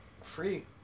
Free